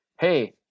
hey